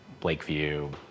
Blakeview